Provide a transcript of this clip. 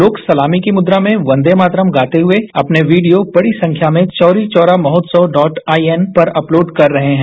लोग सलामी की मुद्रा में वंदेमातरम गाते हुए अपने वीडियो बड़ी संख्या में चौरीचौरामहोत्सवर्डॉटआईएन पर अपलोड कर रहे हैं